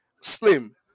Slim